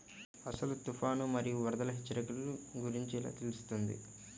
అసలు తుఫాను మరియు వరదల హెచ్చరికల గురించి ఎలా తెలుస్తుంది?